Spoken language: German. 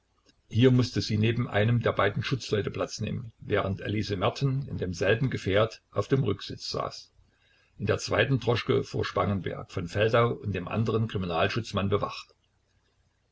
hier mußte sie neben einem der beiden schutzleute platz nehmen während elise merten in demselben gefährt auf dem rücksitz saß in der zweiten droschke fuhr spangenberg von feldau und dem andern kriminalschutzmann bewacht